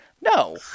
No